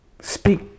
Speak